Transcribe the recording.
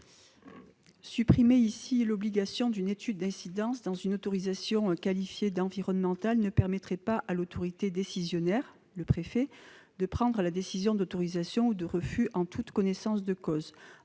Supprimer ici l'obligation d'une étude d'incidence, dans une autorisation qualifiée d'environnementale, ne permettrait pas à l'autorité décisionnaire- le préfet -de prendre la décision d'autorisation ou de refus en toute connaissance de cause.